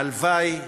הלוואי,